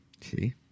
See